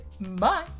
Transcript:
Bye